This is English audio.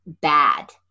bad